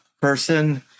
person